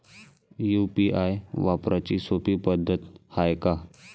UPI वापराची सोपी पद्धत हाय का?